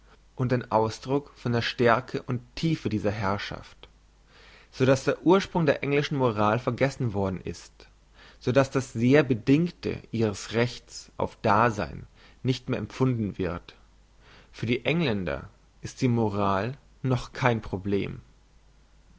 und ein ausdruck von der stärke und tiefe dieser herrschaft so dass der ursprung der englischen moral vergessen worden ist so dass das sehr bedingte ihres rechts auf dasein nicht mehr empfunden wird für den engländer ist die moral noch kein problem